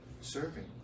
serving